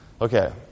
Okay